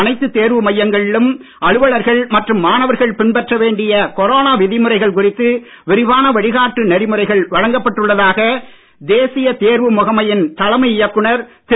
அனைத்து தேர்வு மையங்களிலும் அலுவலர்கள் மற்றும் மாணவர்கள் பின்பற்ற வேண்டிய கொரோனா விதிமுறைகள் குறித்து விரிவான வழிகாட்டு நெறிமுறைகள் வழங்கப்பட்டுள்ளதாக தேசிய தேர்வு முகமையின் தலைமை இயக்குநர் திரு